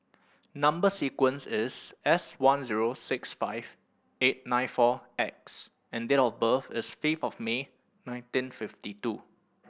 number sequence is S one zero six five eight nine four X and date of birth is fifth of May nineteen fifty two